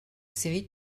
série